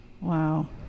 Wow